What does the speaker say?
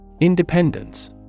Independence